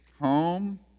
home